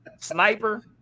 sniper